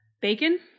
bacon